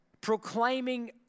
Proclaiming